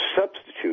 substitute